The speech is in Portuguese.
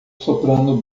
soprando